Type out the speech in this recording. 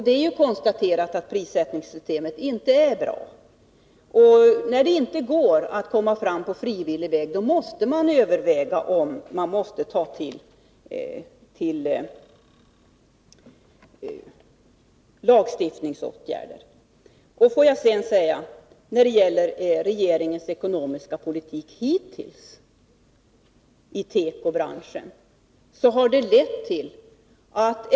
Det är ju konstaterat att prissättningssystemet inte är bra, och när det inte går att komma fram på frivillig väg, måste man överväga om man skall ta till lagstiftningsåtgärder. Låt mig till sist säga några ord om regeringens ekonomiska politik hittills avseende tekobranschen.